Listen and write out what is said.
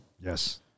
Yes